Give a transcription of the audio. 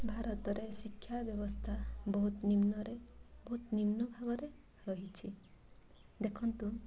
ଭାରତରେ ଶିକ୍ଷା ବ୍ୟବସ୍ଥା ବହୁତ ନିମ୍ନରେ ବହୁତ ନିମ୍ନ ଭାବରେ ରହିଛି ଦେଖନ୍ତୁ